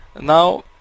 Now